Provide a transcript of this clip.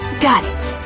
got it!